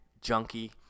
junkie